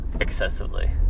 excessively